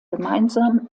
gemeinsam